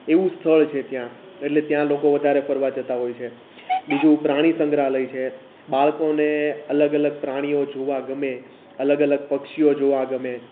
એવું સ્થળ છે ત્યાં એટલે ત્યાં લોકો વધારે ફરવા જતા હોય છે બીજું પ્રાણી સંગ્રહાલય છે બાળકોને અલગ અલગ પ્રાણીઓ જોવાં ગમે અલગ અલગ પક્ષીઓ જોવાં ગમે